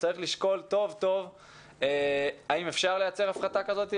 צריך לשקול טוב טוב האם אפשר לייצר הפחתה כזאת.